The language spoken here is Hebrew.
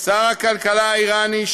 שר הכלכלה האיראני,